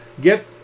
get